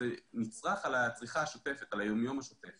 זה מצרך על הצריכה השוטפת, על היום-יום השוטף